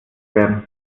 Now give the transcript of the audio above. werden